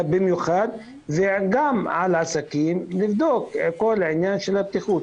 במיוחד וגם על עסקים לבדוק את כל העניין של הבטיחות.